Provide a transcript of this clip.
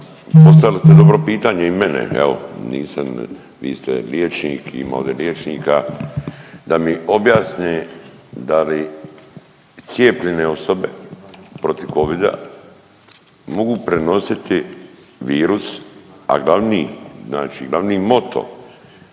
postavili ste dobro pitanje i mene evo nisam, vi ste liječnik, ima ovdje liječnika da mi objasne da li cijepljenje osobe protiv covida mogu prenositi virus? A glavni moto